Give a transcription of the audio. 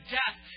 death